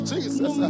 Jesus